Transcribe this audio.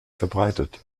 verbreitet